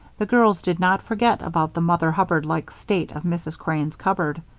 the girls did not forget about the mother-hubbardlike state of mrs. crane's cupboard.